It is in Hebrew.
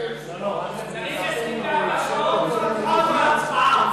צריך 24 שעות לפחות לפני ההצבעה.